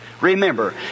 Remember